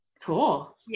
Cool